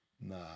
Nah